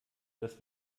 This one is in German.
dass